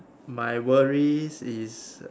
my worries is